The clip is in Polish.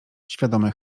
świadome